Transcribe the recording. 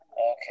Okay